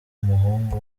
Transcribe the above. umuhungu